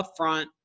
upfront